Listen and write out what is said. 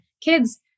kids